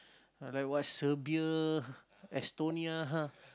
like what Serbia Estonia